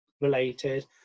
related